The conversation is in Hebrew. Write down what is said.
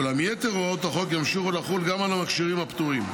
ואולם יתר הוראות החוק ימשיכו לחול גם על המכשירים הפטורים.